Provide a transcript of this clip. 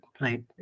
right